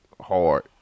hard